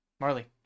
Marley